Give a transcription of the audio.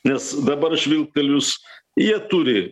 nes dabar žvilgtelėjus į turi